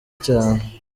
cyane